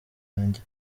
yanjye